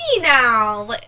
now